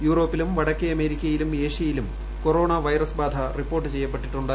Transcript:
യൂറോപ്പിലും വടക്കേ അമേരിക്കയിലും ഏഷ്യയിലും കൊറോണ വൈറസ് ബാധ റിപ്പോർട്ട് ചെയ്യപ്പെട്ടിട്ടുണ്ട്